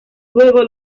luego